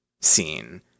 scene